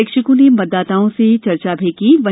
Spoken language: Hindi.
इन प्रेक्षकों ने मतदाताओं से चर्चा भी की